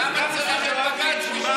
למה צריך את בג"ץ בשביל זה?